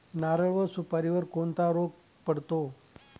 नारळ व सुपारीवर कोणता रोग पडतो?